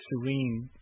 serene